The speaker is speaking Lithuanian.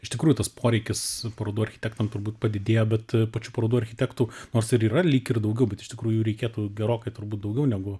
iš tikrųjų tas poreikis parodų architektam turbūt padidėjo bet pačių parodų architektų nors ir yra lyg ir daugiau bet iš tikrųjų jų reikėtų gerokai turbūt daugiau negu